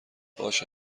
باشه